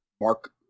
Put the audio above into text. Mark